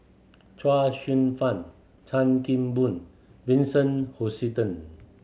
Chuang Hsueh Fang Chan Kim Boon Vincent Hoisington